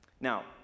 Now